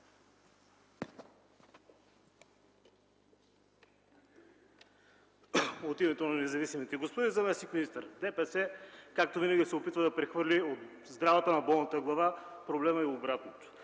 От името на независимите. Господин заместник-министър, ДПС, както винаги, се опитва да прехвърли от здравата на болната глава проблемът и обратното.